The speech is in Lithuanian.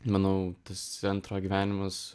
manau tas centro gyvenimas